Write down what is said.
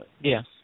Yes